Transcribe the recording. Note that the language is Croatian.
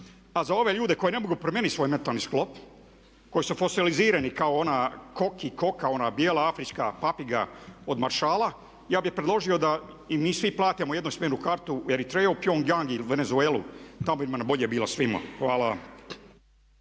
A za ove ljude koji ne mogu promijeniti svoj mentalni sklop, koji su fosilizirani kao ona koki, koka ona bijela afrička papiga od maršala, ja bih predložio da im mi svi platimo jednosmjernu kartu u Eritreju, Pjong jang ili Venezuelu, tamo bi im bolje bilo svima. Hvala.